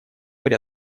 при